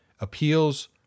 appeals